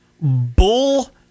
bull